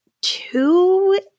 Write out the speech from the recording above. two